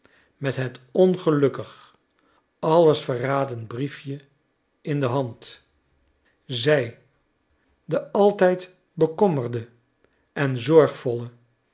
met het ongelukkig alles verradend briefje in de hand zij de altijd bekommerde en